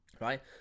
Right